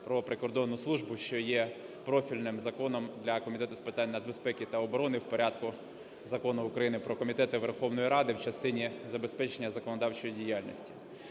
про прикордонну службу, що є профільним законом для Комітету з питань нацбезпеки та оборони в порядку Закону України про комітети Верховної Ради в частині забезпечення законодавчої діяльності.